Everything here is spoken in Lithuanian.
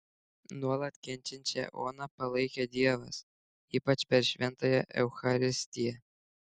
nuolat kenčiančią oną palaikė dievas ypač per šventąją eucharistiją